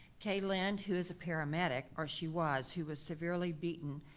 kalind, who is a paramedic, or she was, who was severely beaten,